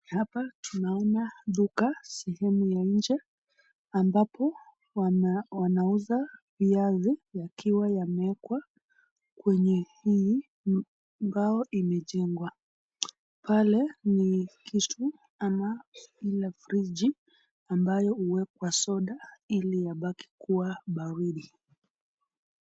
Hapa tunaona duka sehemu ya nje, ambapo wanauza viazi yakiwa yamewekwa kwenye mbao imejengwa. Pale ni kitu ama friji amabayo huwekwa soda ili yabaki kuwa baridi.